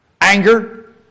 anger